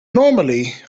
normally